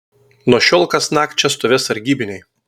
nuo šiol kasnakt čia stovės sargybiniai